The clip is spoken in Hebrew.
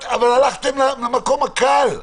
אבל הלכתם למקום הקל,